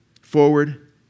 forward